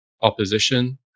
opposition